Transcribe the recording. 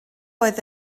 oedd